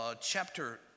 chapter